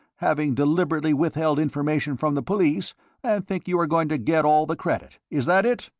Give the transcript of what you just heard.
having deliberately withheld information from the police, and think you are going to get all the credit. is that it?